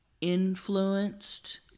influenced